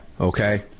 Okay